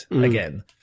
again